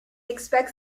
expects